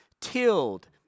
tilled